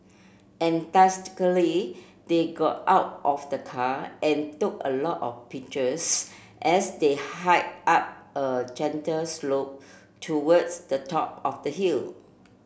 enthusiastically they got out of the car and took a lot of pictures as they hike up a gentle slope towards the top of the hill